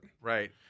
Right